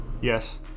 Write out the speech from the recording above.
Yes